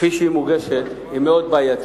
הצעת החוק כפי שהיא מוגשת היא מאוד בעייתית.